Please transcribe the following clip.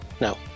No